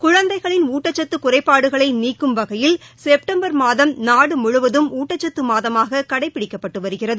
குழந்தைகளின் ஊட்டக்சத்து குறைபாடுகளை நீக்கும் வகையில் செப்டம்பர் மாதம் நாடு முழுவதும் ஊட்டச்சத்து மாதமாக கடைபிடிக்கப்பட்டு வருகிறது